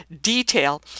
detail